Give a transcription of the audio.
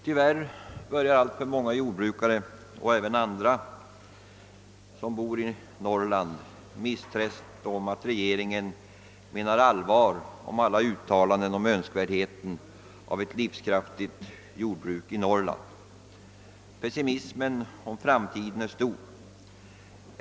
Tyvärr börjar alltför många jordbrukare och även andra som är bosatta i Norrland misströsta om att regeringen menar allvar med alla sina uttalanden om önskvärdheten av ett livskraftigt jordbruk i Norrland. Pessimismen om framtiden är stor.